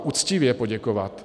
Uctivě poděkovat.